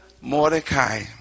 Mordecai